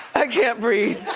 i can't breathe!